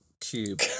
Cube